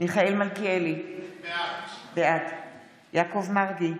מיכאל מלכיאלי, בעד יעקב מרגי,